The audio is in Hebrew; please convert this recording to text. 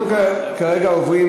אנחנו כרגע עוברים